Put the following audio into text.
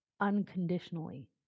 unconditionally